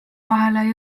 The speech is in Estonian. vahele